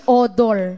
odor